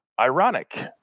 Ironic